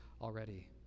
already